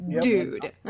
Dude